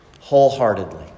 wholeheartedly